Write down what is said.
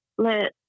let